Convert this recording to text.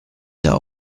der